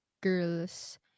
girls